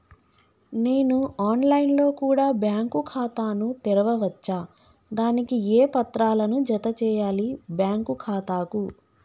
నేను online లో కూడా బ్యాంకు ఖాతా ను తెరవ వచ్చా? దానికి ఏ పత్రాలను జత చేయాలి బ్యాంకు ఖాతాకు?